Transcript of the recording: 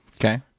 Okay